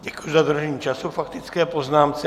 Děkuji za dodržení času k faktické poznámce.